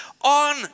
on